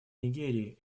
нигерии